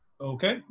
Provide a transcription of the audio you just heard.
Okay